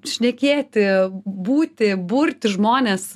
šnekėti būti burti žmones